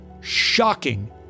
shocking